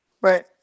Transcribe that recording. Right